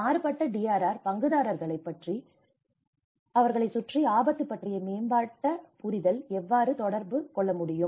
மாறுபட்ட DRR பங்குதாரர்களைச் சுற்றி ஆபத்து பற்றிய மேம்பட்ட புரிதல் எவ்வாறு தொடர்பு கொள்ள முடியும்